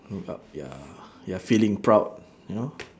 look up ya ya feeling proud you know